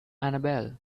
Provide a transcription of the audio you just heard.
annabelle